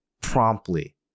promptly